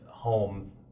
home